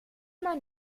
man